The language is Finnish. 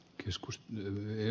arvoisa puhemies